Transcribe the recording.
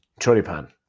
Choripan